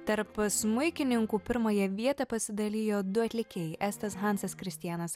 tarp smuikininkų pirmąją vietą pasidalijo du atlikėjai estas hansas kristianas